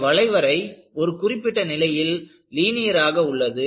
இந்த வளைவரை ஒரு குறிப்பிட்ட நிலையில் லீனியர் ஆக உள்ளது